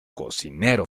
cocinero